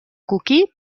coquí